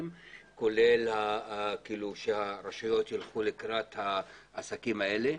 כולל שהרשויות ילכו לקראת העסקים האלה,